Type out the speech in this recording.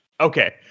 Okay